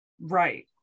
Right